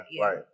Right